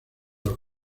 los